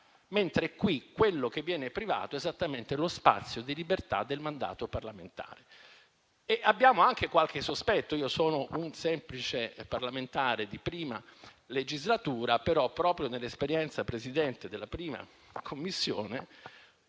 legge in esame viene privato esattamente dello spazio di libertà del mandato parlamentare. Abbiamo anche qualche sospetto. Io sono un semplice parlamentare alla prima legislatura, però, proprio nell'esperienza della 1a Commissione,